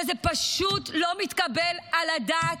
וזה פשוט לא מתקבל על הדעת,